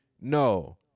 no